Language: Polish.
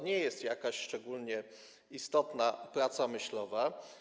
Nie jest to więc jakaś szczególnie istotna praca myślowa.